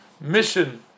mission